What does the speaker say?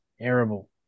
terrible